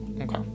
Okay